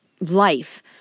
life